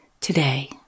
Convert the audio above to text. today